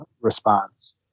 response